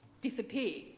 disappear